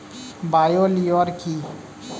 Bio lure কি?